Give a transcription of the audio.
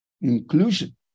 inclusion